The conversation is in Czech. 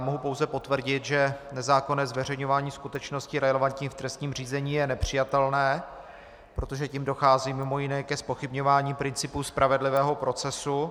Mohu pouze potvrdit, že nezákonné zveřejňování skutečnosti relevantní v trestním řízení je nepřijatelné, protože tím dochází mimo jiné ke zpochybňování principů spravedlivého procesu.